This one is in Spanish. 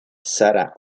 sara